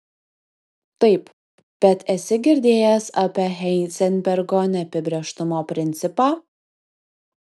taip bet esi girdėjęs apie heizenbergo neapibrėžtumo principą